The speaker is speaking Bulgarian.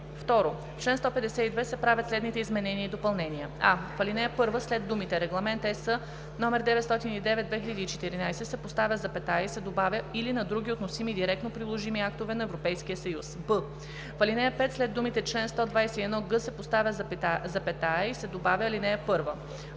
В чл. 152 се правят следните изменения и допълнения: а) В ал. 1 след думите „Регламент (ЕС) № 909/2014“ се поставя запетая и се добавя „или на други относими директно приложими актове на Европейския съюз“. б) В ал. 5 след думите „чл. 121г“ се поставя запетая и се добавя „ал. 1“.